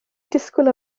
disgwyl